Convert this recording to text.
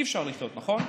אי-אפשר לחיות, נכון?